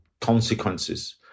consequences